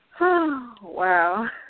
Wow